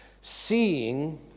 Seeing